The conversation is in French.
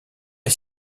est